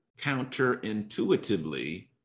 counterintuitively